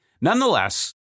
Nonetheless